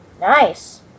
Nice